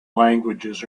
languages